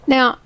Now